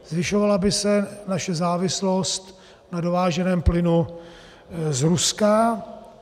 Zvyšovala by se naše závislost na dováženém plynu z Ruska.